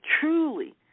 Truly